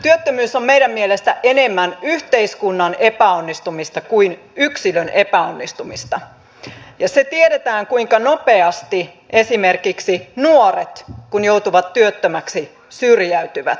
työttömyys on meidän mielestä enemmän yhteiskunnan epäonnistumista kuin yksilön epäonnistumista ja se tiedetään kuinka nopeasti esimerkiksi nuoret kun joutuvat työttömäksi syrjäytyvät